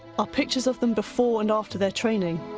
are pictures of them before and after their training.